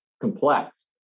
complex